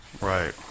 right